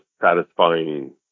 satisfying